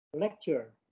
lecture